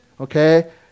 Okay